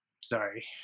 Sorry